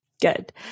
Good